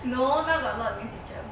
no now got a lot of new teacher